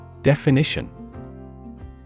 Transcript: Definition